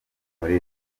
muri